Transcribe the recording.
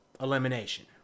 elimination